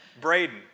Braden